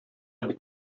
бик